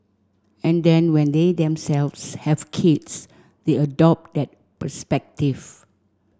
and then when they themselves have kids they adopt that perspective